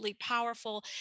powerful